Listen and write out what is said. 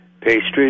Pastries